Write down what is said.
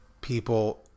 people